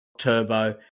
Turbo